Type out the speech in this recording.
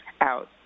out